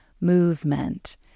movement